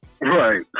Right